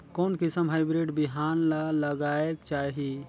कोन किसम हाईब्रिड बिहान ला लगायेक चाही?